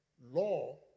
Law